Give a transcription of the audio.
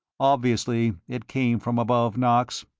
obviously it came from above, knox.